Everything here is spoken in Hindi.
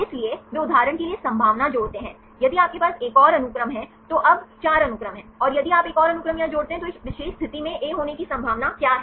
इसलिए वे उदाहरण के लिए संभावना जोड़ते हैं यदि आपके पास एक और अनुक्रम है तो अब 4 अनुक्रम है यदि आप एक और अनुक्रम यहां जोड़ते हैं तो इस विशेष स्थिति में ए होने की संभावना क्या है